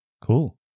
Cool